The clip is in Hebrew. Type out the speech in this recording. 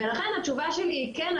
לכן התשובה שלי היא כן,